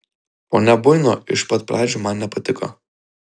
ponia buino iš pat pradžių man nepatiko